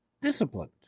disciplined